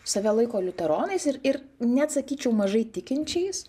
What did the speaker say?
save laiko liuteronais ir ir net sakyčiau mažai tikinčiais